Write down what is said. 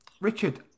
Richard